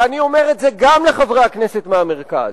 אני אומר את זה גם לחברי הכנסת מהמרכז.